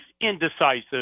indecisive